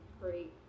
great